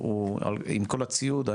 עם כל הציוד.